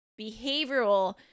behavioral